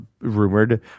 rumored